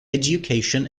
education